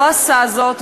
לא עשה זאת,